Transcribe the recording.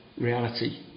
reality